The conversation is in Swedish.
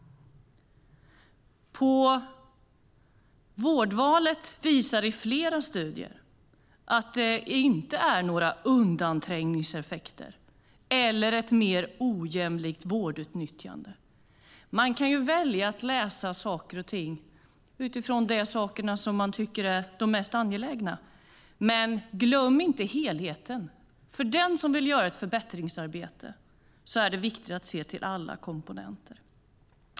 Flera studier visar att vårdvalet inte ger några undanträngningseffekter eller ett mer ojämlikt vårdutnyttjande. Man kan välja att läsa saker och ting utifrån vad man tycker är mest angeläget. Men glöm inte helheten. För den som vill göra ett förbättringsarbete är det viktigt att se till alla komponenter.